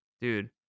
Dude